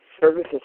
services